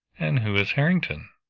and who is harrington?